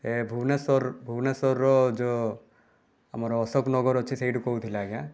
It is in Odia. ଏ ଭୁବନେଶ୍ୱର ଭୁବନେଶ୍ୱରର ଯେଉଁ ଆମର ଅଶୋକନଗର ଅଛି ସେଇଠୁ କହୁଥିଲି ଆଜ୍ଞା